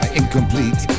incomplete